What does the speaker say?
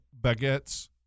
baguettes